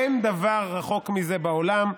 אין דבר רחוק מזה בעולם,